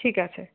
ঠিক আছে